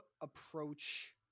approach